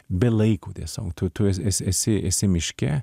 be laiko sau tu tu esi esi esi miške